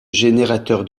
générateur